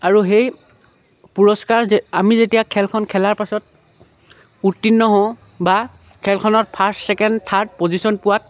আৰু সেই পুৰস্কাৰ যে আমি যেতিয়া খেলখন খেলাৰ পাছত উত্তীৰ্ণ হওঁ বা খেলখনত ফাৰ্ষ্ট ছেকেণ্ড থাৰ্ড পজিশ্যন পোৱাত